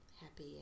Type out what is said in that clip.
happy